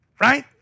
right